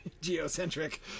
geocentric